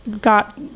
got